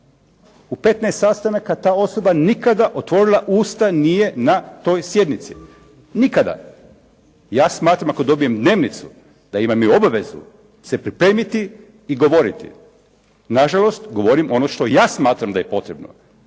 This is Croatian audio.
u 15 sastanaka ta osoba nikada otvorila usta nije na toj sjednici, nikada. Ja smatram ako dobije dnevnicu, da imam i obavezu se pripremiti i govoriti. Na žalost govorim ono što ja smatram da je potrebno.